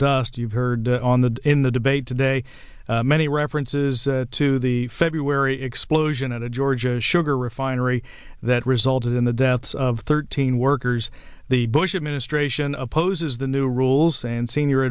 dust you've heard on the in the debate today many references to the february explosion at a georgia sugar refinery that resulted in the deaths of thirteen workers the bush administration opposes the new rules and senior